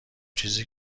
چیزی